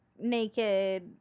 naked